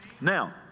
Now